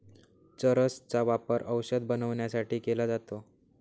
चरस चा वापर औषध बनवण्यासाठी केला जातो